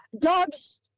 dogs